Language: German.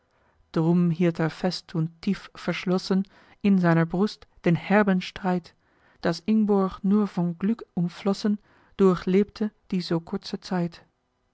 drum hielt er fest und tief verschlossen in seiner brust den herben streit daß ingborg nur von glück umflossen durchlebte die so kurze zeit